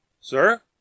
sir